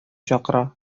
чакыра